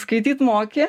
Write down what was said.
skaityt moki